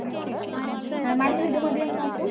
okay okay മേഡത്തിന് ഇത് മതിയോ എന്ന് നോക്കൂ